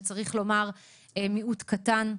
וצריך לומר: מיעוט קטן?